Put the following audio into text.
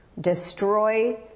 destroy